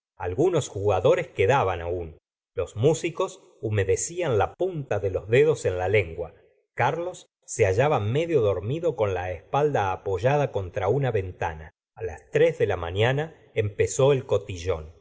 algunos jugadores quedaban aún los músicos humedecían la punta de los dedos en la lengua carlos se hallaba medio dormido con la espalda apoyada contra una ventana a las tres de la mañana empezó el cotillón